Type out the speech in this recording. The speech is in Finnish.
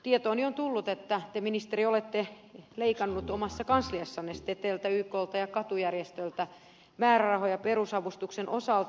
tietooni on tullut että te ministeri olette leikannut omassa kansliassanne steteltä yklta ja katu järjestöltä määrärahoja perusavustuksen osalta